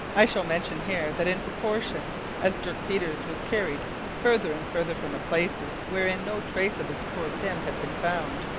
i shall mention here that in proportion as dirk peters was carried farther and farther from the places wherein no trace of his poor pym had been found,